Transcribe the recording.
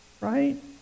Right